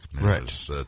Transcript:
Right